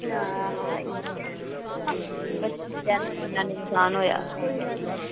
ना इयै में हां किन्ना नुकसान होया